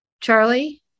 Charlie